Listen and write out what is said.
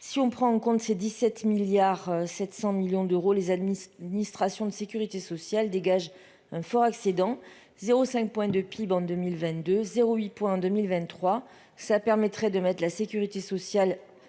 si on prend en compte ces 17 milliards 700 millions d'euros, les administrations de Sécurité sociale dégage un fort excédent 0 5 point de PIB en 2022 0 8, en 2023, ça permettrait de mettre la sécurité sociale,